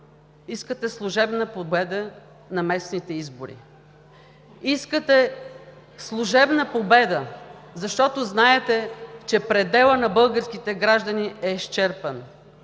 искате служебна победа на местните избори. Искате служебна победа, защото знаете, че пределът на българските граждани е изчерпан,